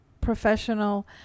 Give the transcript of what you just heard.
professional